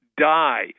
die